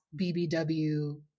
BBW